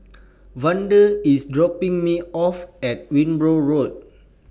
Vander IS dropping Me off At Wimborne Road